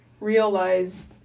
realize